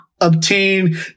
obtain